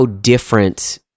different